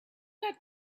got